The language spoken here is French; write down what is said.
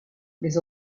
mais